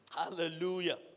Hallelujah